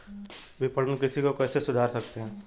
विपणन कृषि को कैसे सुधार सकते हैं?